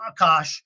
Akash